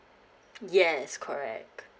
yes correct